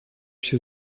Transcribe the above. się